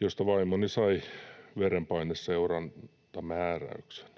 josta vaimoni sai verenpaineseurantamääräyksen.